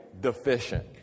deficient